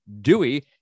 Dewey